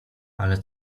ale